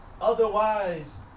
Otherwise